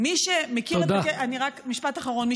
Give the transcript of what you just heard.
מי שמכיר, רק משפט אחרון.